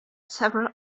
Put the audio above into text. several